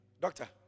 Doctor